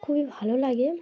খুবই ভালো লাগে